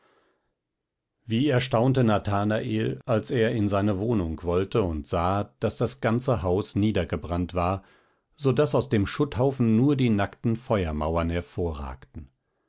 wie erstaunte nathanael als er in seine wohnung wollte und sah daß das ganze haus niedergebrannt war so daß aus dem schutthaufen nur die nackten feuermauern hervorragten